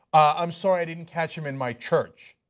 i'm sorry i didn't catch him in my church?